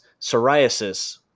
psoriasis